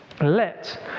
Let